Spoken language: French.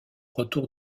retour